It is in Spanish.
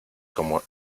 como